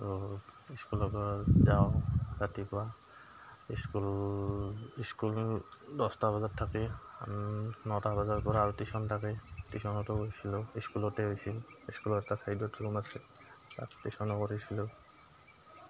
ত' স্কুলৰ পা যাওঁ ৰাতিপুৱা স্কুল স্কুল দহটা বজাত থাকে আন নটা বজাৰ পৰা আৰু টিউচন থাকে টিউচনতো গৈছিলোঁ স্কুলতে হৈছিল স্কুলৰ এটা ছাইডত ৰুম আছে তাত টিউচনো কৰিছিলোঁ